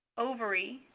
ovary,